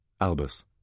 Albus